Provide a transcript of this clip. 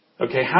Okay